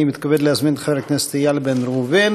אני מתכבד להזמין את חבר הכנסת איל בן ראובן.